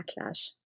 backlash